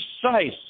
precise